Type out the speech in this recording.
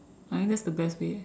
I mean that's the best way eh